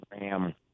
Ram